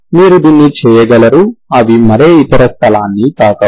మీరు దీన్ని చేయగలరు అవి మరే ఇతర స్థలాన్ని తాకవు